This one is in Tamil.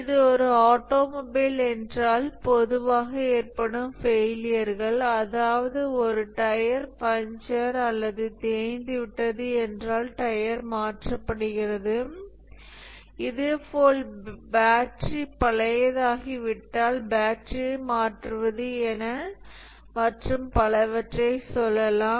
இது ஒரு ஆட்டோமொபைல் என்றால் பொதுவாக ஏற்படும் ஃபெயிலியர்கள் அதாவது ஒரு டயர் பஞ்சர் அல்லது தேய்ந்துவிட்டது என்றால் டயர் மாற்றப்படுகிறது இதேபோல் பேட்டரி பழையதாகி விட்டால் பேட்டரியை மாற்றுவது என மற்றும் பலவற்றைச் சொல்லலாம்